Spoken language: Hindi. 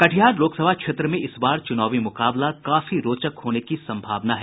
कटिहार लोकसभा क्षेत्र में इस बार चूनावी मुकाबला काफी रोचक होने की सम्भावना है